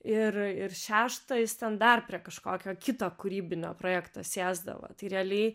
ir ir šeštą jis ten dar prie kažkokio kito kūrybinio projekto sėsdavo tai realiai